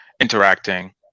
interacting